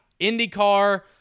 IndyCar